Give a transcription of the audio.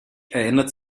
erinnert